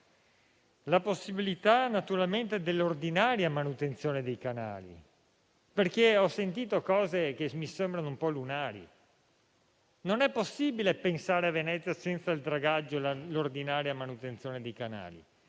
la possibilità, naturalmente, dell'ordinaria manutenzione dei canali, perché ho sentito affermazioni che mi sembrano un po' lunari: non è possibile pensare che a Venezia non siano effettuati il dragaggio e l'ordinaria manutenzione dei canali;